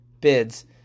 bids